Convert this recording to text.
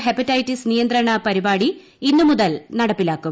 hepatitis നിയന്ത്രണ പരിപാടി ഇന്ന് മുതൽ നടപ്പിലാക്കും